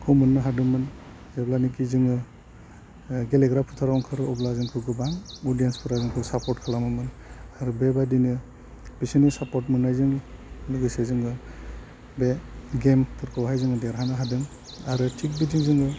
खौ मोननो हादोंमोन जेब्लानाखि जोङो गेलेग्रा फोथाराव ओंखारो अब्ला जोंखौ गोबां अडियानसफ्रा जोंखौ सापर्ट खालामोमोन आरो बेबायदिनो बिसोरनि सापर्ट मोन्नायजों लोगोसे जोङो बे गेमफोरखौहाय जोङो देरहानो हादों आरो थिक बिदिनो जोङो